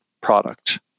product